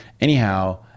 Anyhow